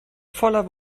voller